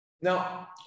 Now